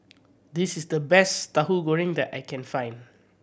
this is the best Tahu Goreng that I can find